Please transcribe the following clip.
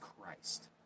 christ